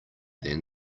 than